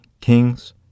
Kings